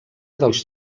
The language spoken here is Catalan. dels